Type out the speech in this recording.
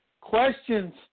Questions